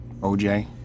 OJ